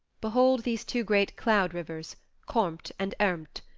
behold these two great cloud rivers, kormt and ermt.